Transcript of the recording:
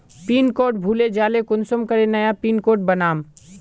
Pin code भूले जाले कुंसम करे नया पिन कोड बनाम?